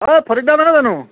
অ' ফৰিদ দা নহয় জানো